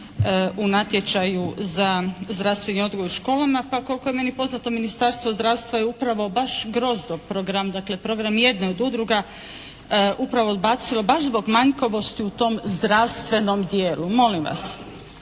u natječaju za zdravstvo i odgoj u školama, pa koliko je meni poznato Ministarstvo zdravstva je upravo baš …/Govornik se ne razumije./… program dakle program jedne od udruga upravo odbacilo baš zbog manjkavosti u tom zdravstvenom dijelu. Molim vas,